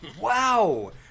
wow